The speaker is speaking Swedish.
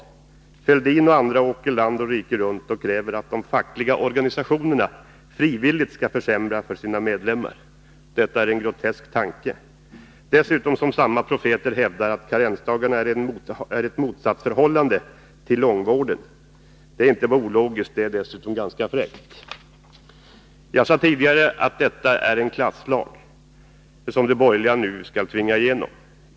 Thorbjörn Fälldin och andra åker nu land och rike runt och kräver att de fackliga organisationerna frivilligt skall försämra för sina medlemmar. Detta är en grotesk tanke, särskilt som samma profeter hävdar att karensdagarna står i motsatsförhållande till långvården. Det är inte bara ologiskt — det är dessutom ganska fräckt. Jag sade tidigare att detta är en klasslag, som de borgerliga nu skall tvinga igenom.